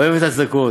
אוהב את הצדקות,